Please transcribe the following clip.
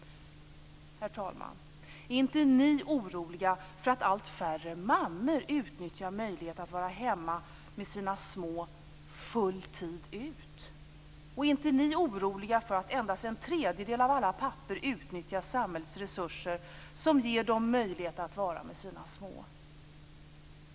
Herr talman! Är ni inte oroliga för att allt färre mammor utnyttjar möjligheten att vara hemma med sina små full tid ut? Är ni inte oroliga för att endast en tredjedel av alla pappor utnyttjar samhällets resurser som ger dem möjlighet att vara med sina små?